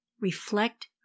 reflect